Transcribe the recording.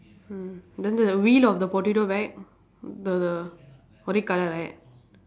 mm then the wheel of the potato bag the red colour right